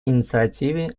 инициативе